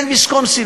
כן ויסקונסין,